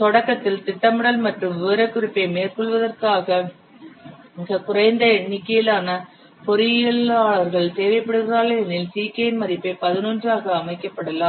தொடக்கத்தில் திட்டமிடல் மற்றும் விவரக்குறிப்பை மேற்கொள்வதற்காக மிகக் குறைந்த எண்ணிக்கையிலான பொறியாளர்கள் தேவைப்படுகிறார்கள் எனில் Ck இன் மதிப்பு 11 ஆக அமைக்கப்படலாம்